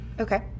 Okay